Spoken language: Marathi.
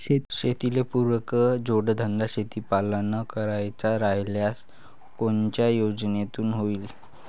शेतीले पुरक जोडधंदा शेळीपालन करायचा राह्यल्यास कोनच्या योजनेतून होईन?